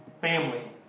family